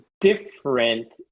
different